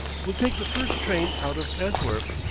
we'll take the first train out of antwerp.